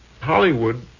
Hollywood